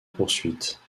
poursuite